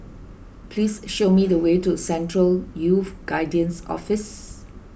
please show me the way to Central Youth Guidance Office